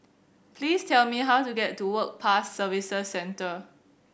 please tell me how to get to Work Pass Services Centre